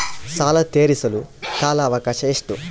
ಸಾಲ ತೇರಿಸಲು ಕಾಲ ಅವಕಾಶ ಎಷ್ಟು?